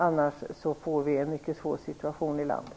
Annars får vi en mycket svår situation i landet.